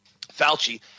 Fauci